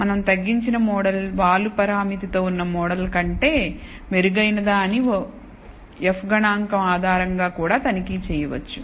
మనం తగ్గించిన మోడల్ వాలు పారామితితో ఉన్న మోడల్ కంటే మెరుగైనదా అని f గణాంకం ఆధారంగా కూడా తనిఖీ చేయవచ్చు